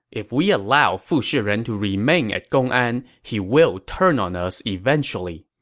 if we allow fu shiren to remain at gongan, he will turn on us eventually.